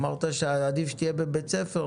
אמרת שעדיף שתהיה בבית הספר,